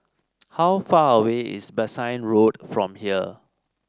how far away is Bassein Road from here